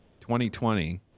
2020